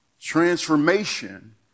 Transformation